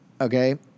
okay